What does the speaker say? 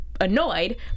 annoyed